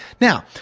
Now